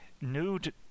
nude